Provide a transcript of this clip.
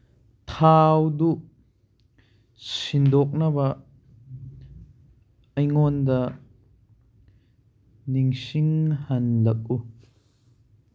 ꯊꯥꯎꯗꯨ ꯁꯤꯟꯗꯣꯛꯅꯕ ꯑꯩꯉꯣꯟꯗ ꯅꯤꯡꯁꯤꯡꯍꯜꯂꯛꯎ